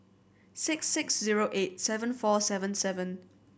six six zero eight seven four seven seven